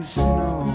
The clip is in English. snow